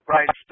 Right